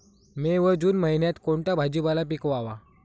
मे व जून महिन्यात कोणता भाजीपाला पिकवावा?